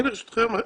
ברשותכם,